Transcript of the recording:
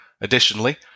Additionally